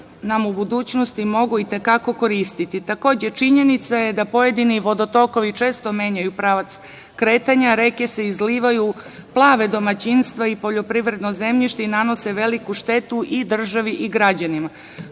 nam u budućnosti mogu i te kako koristiti. Takođe, činjenica je da pojedini vodotokovi često menjaju pravac kretanja. Reke se izlivaju, plave domaćinstva i poljoprivredno zemljište i nanose veliku štetu i državi i građanima.S